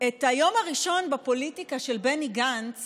את היום הראשון של בני גנץ